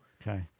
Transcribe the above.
Okay